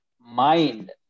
Mind